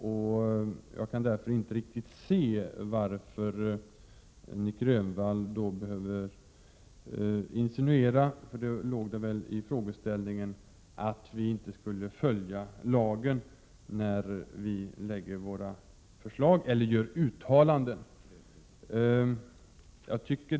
Därför kan jag inte riktigt förstå varför Nic Grönvall behöver insinuera, för det låg väl i frågeställningen, att vi inte skulle följa lagen när vi lägger fram våra förslag eller gör uttalanden.